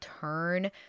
turn